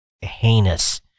heinous